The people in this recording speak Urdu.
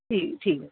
جی ٹھیک ہے